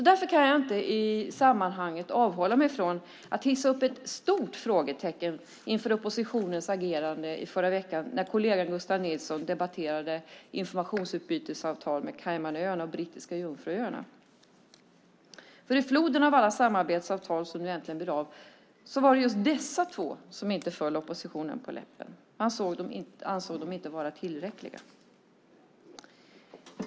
Därför kan jag inte i sammanhanget avhålla mig ifrån att hissa upp ett stort frågetecken inför oppositionens agerande i förra veckan när kollegan Gustav Nilsson debatterade informationsutbytesavtal med Caymanöarna och Brittiska Jungfruöarna. I floden av alla samarbetsavtal som nu äntligen blir av var det nämligen just dessa två som inte föll oppositionen på läppen. Man ansåg dem inte vara tillräckliga.